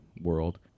world